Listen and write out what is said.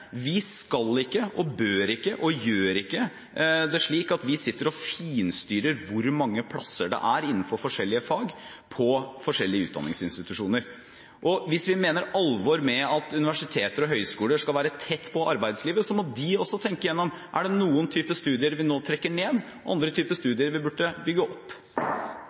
Vi skal ikke og bør ikke – og gjør det ikke – sitte og finstyre hvor mange plasser det er innenfor forskjellige fag på forskjellige utdanningsinstitusjoner. Hvis vi mener alvor med at universiteter og høyskoler skal være tett på arbeidslivet, må de også tenke igjennom: Er det noen typer studier vi nå trekker ned, og andre typer studier vi burde bygge opp?